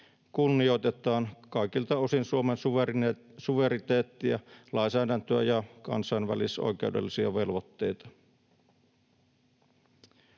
kunnioitetaan kaikilta osin Suomen suvereniteettia, lainsäädäntöä ja kansainvälisoikeudellisia velvoitteita.